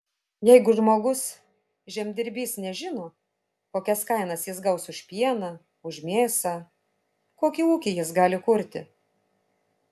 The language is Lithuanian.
jeigu žmogus žemdirbys nežino kokias kainas jis gaus už pieną už mėsą kokį ūkį jis gali kurti